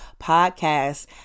Podcast